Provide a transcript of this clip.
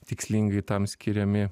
tikslingai tam skiriami